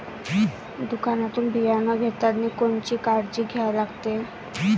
दुकानातून बियानं घेतानी कोनची काळजी घ्या लागते?